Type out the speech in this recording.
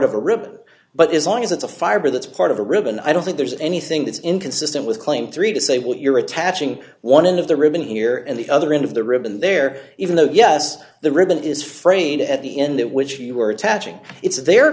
of a ribbon but is long as it's a fiber that's part of the ribbon i don't think there's anything that's inconsistent with claim three to say what you're attaching one end of the ribbon here and the other end of the ribbon there even though yes the ribbon is frayed at the end that which you were attaching it's the